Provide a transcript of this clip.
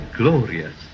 glorious